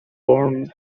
born